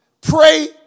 pray